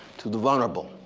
to the vulnerable,